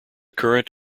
current